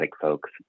folks